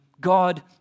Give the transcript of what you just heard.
God